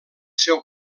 seu